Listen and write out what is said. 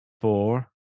four